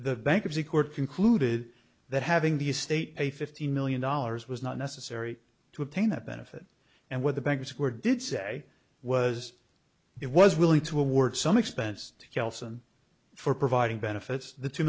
the bankruptcy court concluded that having the state a fifty million dollars was not necessary to obtain that benefit and what the banks were did say was it was willing to award some expense to keelson for providing benefits the two